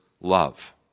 love